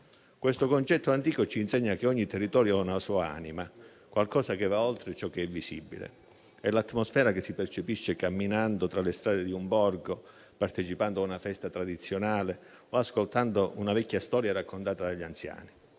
Questo concetto antico ci insegna che ogni territorio ha una sua anima, qualcosa che va oltre ciò che è visibile: è l'atmosfera che si percepisce camminando tra le strade di un borgo, partecipando a una festa tradizionale o ascoltando una vecchia storia raccontata dagli anziani.